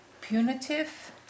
punitive